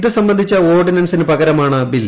ഇത് സംബന്ധിച്ച ഓർഡ്ഡിന്ൻസിന് പകരമാണ് ബിൽ